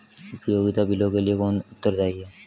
उपयोगिता बिलों के लिए कौन उत्तरदायी है?